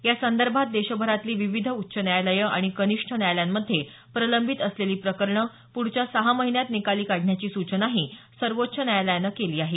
या संदर्भात देशभरातली विविध उच्च न्यायालयं आणि कनिष्ठ न्यायालयांमध्ये प्रलंबित असलेली प्रकरणं प्रढच्या सहा महिन्यात निकाली काढण्याची सूचनाही सर्वोच्च न्यायालयानं केली आहे